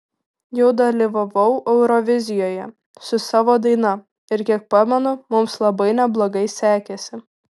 jau dalyvavau eurovizijoje su savo daina ir kiek pamenu mums labai neblogai sekėsi